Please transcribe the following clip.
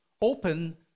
open